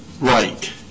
right